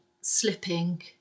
slipping